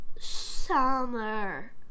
Summer